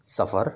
سفر